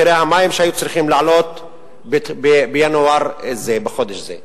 שהיתה צריכה להיות בינואר זה, בחודש זה.